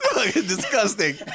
disgusting